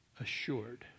assured